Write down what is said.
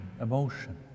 emotion